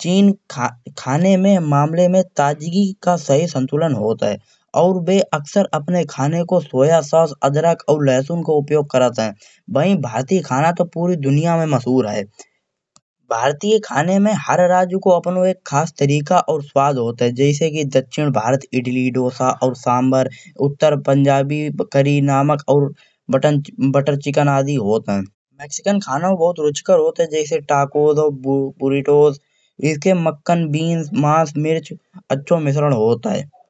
चीन खाने में मामले में ताजगी का सही संतुलन होत है। अउर बे अक्सर अपने खाने को सोया सॉस अदरक अउर लहसुन को उपयोग करत है। वही भारतीय खाना तो पूरी दुनिया में मशहूर है। भारतीय खाने में हर राज्य को अपनौ एक खास तरीका अउर स्वाद होत है। जैसे कि दक्षिण भारत इडली डोसा अउर सांभर उत्तर पंजाबी करी नमक बटर चिकन आदि होत है। वेस्टर्न खाना बहोत रोचक होत है जैसे टाकोस अउर बुरितोस इसके मक्खन बीन्स मांस मिर्च अच्छा मिश्रण होत है।